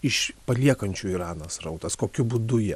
iš paliekančių iraną srautas kokiu būdu jie